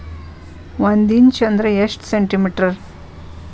ಒಂದಿಂಚು ಅಂದ್ರ ಎಷ್ಟು ಸೆಂಟಿಮೇಟರ್?